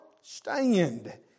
Stand